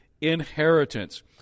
inheritance